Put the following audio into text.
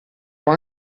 può